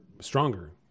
stronger